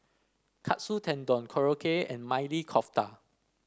Katsu Tendon Korokke and Maili Kofta